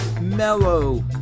mellow